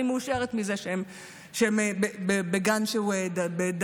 אני מאושרת מזה שהם בגן שהוא דתי.